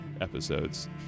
episodes